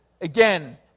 again